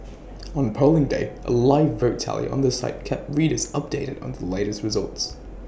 on Polling Day A live vote tally on the site kept readers updated on the latest results